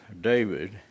David